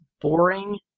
boring